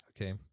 Okay